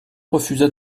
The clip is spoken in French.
refusa